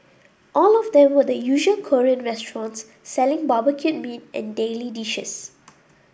all of them were the usual Korean restaurants selling barbecued meat and daily dishes